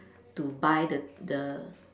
to buy the the